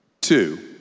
two